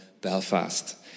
Belfast